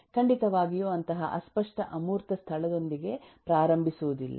ಖಂಡಿತವಾಗಿಯೂ ಅಂತಹ ಅಸ್ಪಷ್ಟ ಅಮೂರ್ತ ಸ್ಥಳದೊಂದಿಗೆ ಪ್ರಾರಂಭಿಸುವುದಿಲ್ಲ